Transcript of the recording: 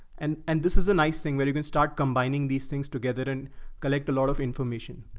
and and this is a nice thing where you can start combining these things together and collect a lot of information.